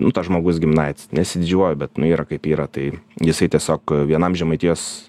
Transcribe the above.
nu tas žmogus giminaitis nesididžiuoju bet nu yra kaip yra tai jisai tiesiog vienam žemaitijos